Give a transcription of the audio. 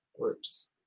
groups